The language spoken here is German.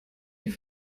die